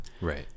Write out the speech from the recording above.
Right